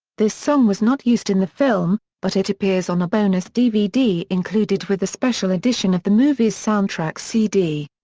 this song was not used in the film, but it appears on a bonus dvd included with the special edition of the movie's soundtrack cd.